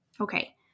Okay